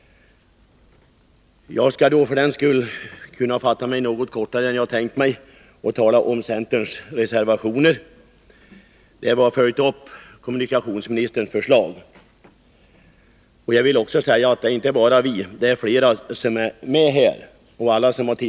Jag skall då för den skull kunna fatta mig något kortare än vad jag hade tänkt mig och tala om centerns reservationer, där vi har följt upp kommunikationsministerns förslag. Jag vill också säga att det inte bara är vi som står bakom dessa synpunkter, utan det är flera som är med.